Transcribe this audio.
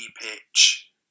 pitch